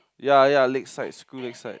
ya ya Lakeside screw Lakeside